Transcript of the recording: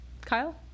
Kyle